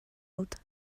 old